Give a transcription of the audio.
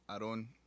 Aaron